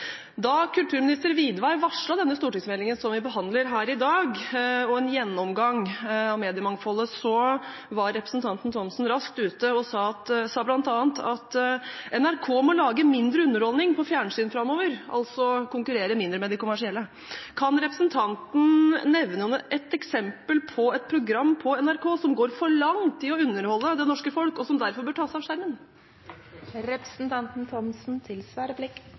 Da kulturminister Widvey varslet denne stortingsmeldingen som vi behandler her i dag, og en gjennomgang av mediemangfoldet, var representanten Thomsen raskt ute og sa bl.a. at NRK må lage mindre underholdning på fjernsynet framover, altså konkurrere mindre med de kommersielle. Kan representanten nevne et eksempel på et program på NRK som går for langt i å underholde det norske folk, og som derfor bør tas av skjermen? Jeg tror du refererer feil. Jeg tror det sto «mindre morsom», at Thomsen